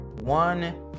one